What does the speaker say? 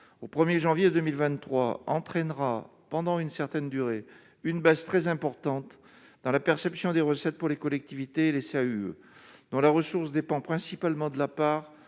au 1er janvier 2023 entraînera pendant une certaine durée, une baisse très importante dans la perception des recettes pour les collectivités, les dans la ressource dépend principalement de la part